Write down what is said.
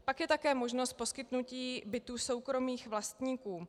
Pak je také možnost poskytnutí bytů soukromých vlastníků.